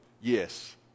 yes